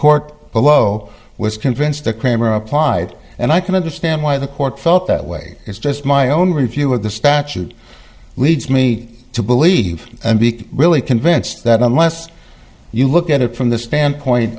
court below was convinced that cramer applied and i can understand why the court felt that way it's just my own review of the statute leads me to believe and be really convinced that unless you look at it from the standpoint